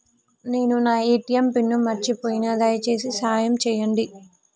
నేను నా ATM pin మర్చిపోయిన, దయచేసి సాయం చేయండి